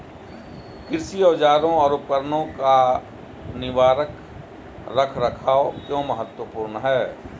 कृषि औजारों और उपकरणों का निवारक रख रखाव क्यों महत्वपूर्ण है?